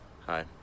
hi